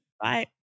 Bye